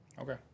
Okay